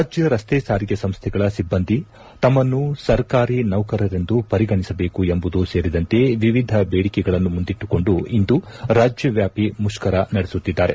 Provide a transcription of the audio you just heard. ರಾಜ್ಯ ರಸ್ತೆ ಸಾರಿಗೆ ಸಂಸ್ಥೆಗಳ ಸಿಬ್ಬಂದಿ ತಮ್ಮನ್ನು ಸರ್ಕಾರಿ ನೌಕರರೆಂದು ಪರಿಗಣಿಸಬೇಕು ಎಂಬುದು ಸೇರಿದಂತೆ ವಿವಿಧ ಬೇಡಿಕೆಗಳನ್ನು ಮುಂದಿಟ್ಟುಕೊಂದು ಇಂದು ರಾಜ್ಯ ವ್ಯಾಪ್ತಿ ಮುಷ್ಕರ ನದೆಸುತ್ತಿದ್ದಾರೆ